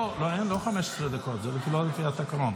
לא 15 דקות, זה לא לפי התקנון.